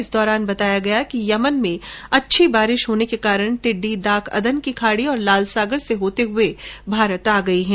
इस दौरान बताया गया कि यमन में अच्छी बारिश होने के कारण टिड्डी डाक अदन की खाड़ी एवं लाल सागर से होते हुए भारत आ गए हैं